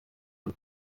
und